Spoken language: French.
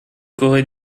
corée